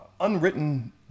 unwritten